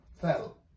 fell